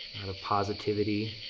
out of positivity